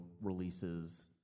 releases